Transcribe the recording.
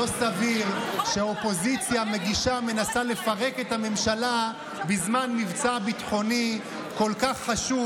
לא סביר שהאופוזיציה מנסה לפרק את הממשלה בזמן מבצע ביטחוני כל כך חשוב.